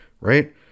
right